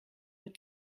mit